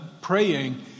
praying